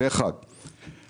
זה דבר אחד.